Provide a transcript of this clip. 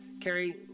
Carrie